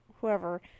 whoever